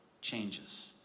changes